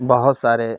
بہت سارے